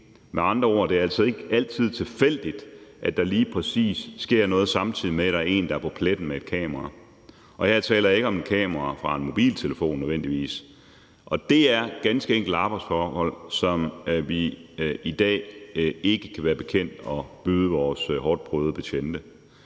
med andre ord ikke altid tilfældigt, at der lige præcis sker noget, samtidig med at der er en, der er på pletten med et kamera. Her taler jeg ikke nødvendigvis om et kamera fra en mobiltelefon. Det er ganske enkelt arbejdsforhold, som vi i dag ikke kan være bekendt at byde vores hårdtprøvede betjente.